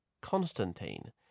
Constantine